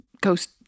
ghost